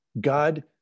God